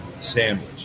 sandwich